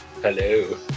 Hello